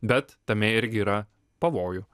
bet tame irgi yra pavojų